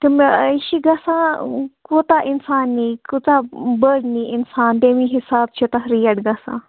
تہٕ مےٚ یہِ چھِ گَژھان کوٗتاہ اِنسان نی کۭژاہ بٔڑۍ نی اِنسان تمی حِساب چھِ تَتھ ریٹ گَژھان